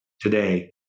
today